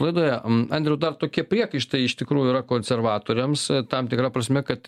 laidoje andriau dar tokie priekaištai iš tikrųjų yra konservatoriams tam tikra prasme kad